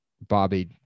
Bobby